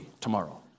tomorrow